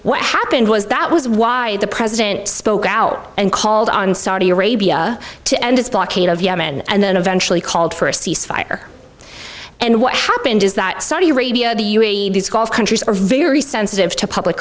what happened was that was why the president spoke out and called on saudi arabia to end its blockade of yemen and then eventually called for a cease fire and what happened is that saudi arabia the u a e these gulf countries are very sensitive to public